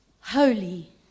holy